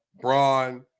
Braun